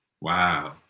Wow